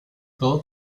todo